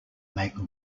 make